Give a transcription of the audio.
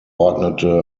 ordnete